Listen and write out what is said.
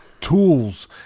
tools